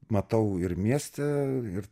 matau ir miestą ir